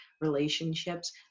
relationships